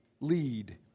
lead